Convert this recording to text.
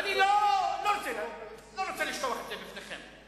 ואני לא רוצה לשטוח את זה לפניכם.